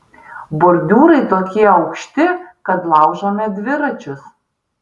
bordiūrai tokie aukšti kad laužome dviračius